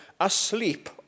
asleep